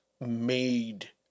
made